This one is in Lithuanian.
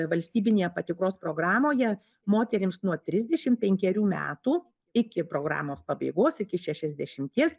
valstybinėje patikros programoje moterims nuo trisdešimt penkerių metų iki programos pabaigos iki šešiasdešimties